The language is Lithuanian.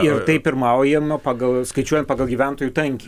ir taip pirmaujama pagal skaičiuojant pagal gyventojų tankį